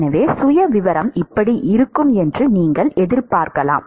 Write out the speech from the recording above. எனவே சுயவிவரம் இப்படி இருக்கும் என்று நீங்கள் எதிர்பார்க்கலாம்